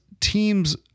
teams